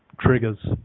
triggers